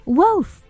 wolf